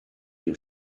your